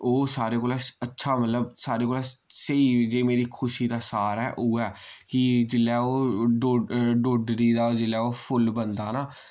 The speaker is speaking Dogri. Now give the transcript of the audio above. ओ सारें कोला अच्छा मतलब सारें कोला स्हेई जे मेरी खुशी दा सार ऐ ओह् ऐ कि जिल्लै ओह् डोड्डी दा जिल्लै ओह् फुल्ल बनदा ना